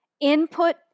Input